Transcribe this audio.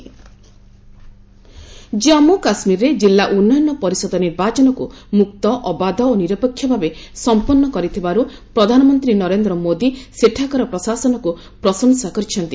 PM କାମ୍ମୁ କାଶ୍ମୀର ଜାମ୍ମୁ କାଶ୍କୀରରେ ଜିଲ୍ଲା ଉନ୍ଦୟନ ପରିଷଦ ନିର୍ବାଚନକୁ ମୁକ୍ତ ଅବାଧ ଓ ନିରପେକ୍ଷ ଭାବେ ସମ୍ପନ୍ନ କରିଥିବାରୁ ପ୍ରଧାନମନ୍ତ୍ରୀ ନରେନ୍ଦ୍ର ମୋଦୀ ସେଠାକାର ପ୍ରଶାସନକୁ ପ୍ରଶଂସା କରିଛନ୍ତି